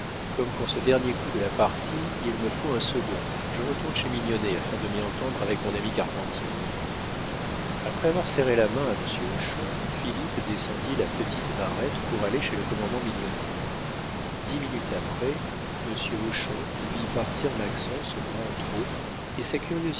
comme pour ce dernier coup de la partie il me faut un second je retourne chez mignonnet afin de m'y entendre avec mon ami carpentier après avoir serré la main à monsieur hochon philippe descendit la petite narette pour aller chez le commandant mignonnet dix minutes après monsieur hochon vit partir maxence au grand trot et sa curiosité